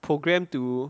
program to